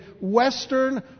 Western